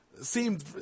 seemed